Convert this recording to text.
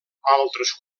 altres